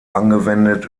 angewendet